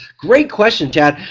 great question chad.